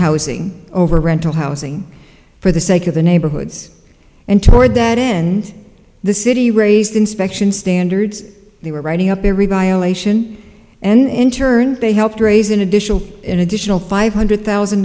housing over rental housing for the sake of the neighborhoods and toward that end the city raised inspection standards they were writing up everybody elation and in turn they helped raise an additional an additional five hundred thousand